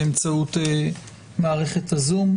באמצעות מערכת הזום.